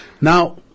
Now